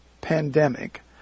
pandemic